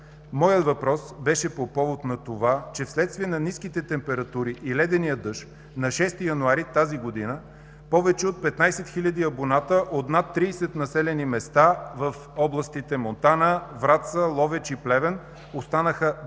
Въпросът ми беше по повод на това, че вследствие на ниските температури и ледения дъжд на 6 февруари тази година повече от 15 хиляди абоната от над 30 населени места в областите Монтана, Враца, Ловеч и Плевен останаха без